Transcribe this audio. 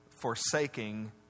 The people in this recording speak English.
forsaking